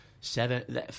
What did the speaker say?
seven